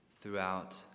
throughout